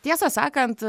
tiesą sakant